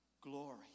glory